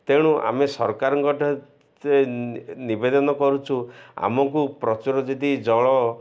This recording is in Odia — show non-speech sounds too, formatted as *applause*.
ତେଣୁ ଆମେ ସରକାରଙ୍କ *unintelligible* ନିବେଦନ କରୁଛୁ ଆମକୁ ପ୍ରଚୁର ଯଦି ଜଳ